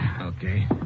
Okay